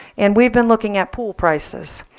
and we've been looking at pool prices.